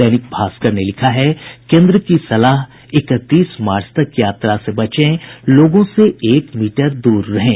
दैनिक भास्कर ने लिखा है केन्द्र की सलाह इकतीस मार्च तक यात्रा से बचे लोगों से एक मीटर दूर रहें